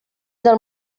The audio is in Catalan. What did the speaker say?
del